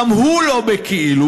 גם הוא לא כאילו,